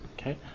okay